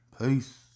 Peace